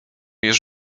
już